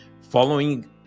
Following